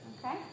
Okay